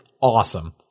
awesome